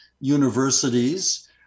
universities